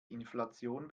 inflation